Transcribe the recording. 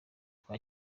twa